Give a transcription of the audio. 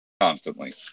constantly